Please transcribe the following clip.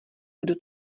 kdo